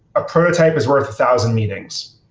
a prototype is worth a thousand meetings.